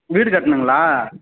வீடு கட்டணுங்களா